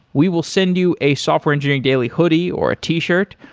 we will send you a software engineering daily hoodie, or a t-shirt,